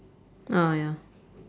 oh ya